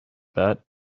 bet